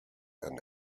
and